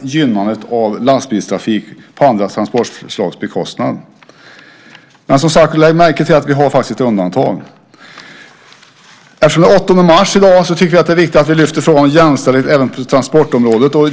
gynnandet av lastbilstrafik på andra transportslags bekostnad. Men lägg märke till att vi har ett undantag! Eftersom det är den 8 mars i dag tycker vi att det är viktigt att vi lyfter upp frågan om jämställdhet även på transportområdet.